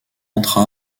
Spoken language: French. entra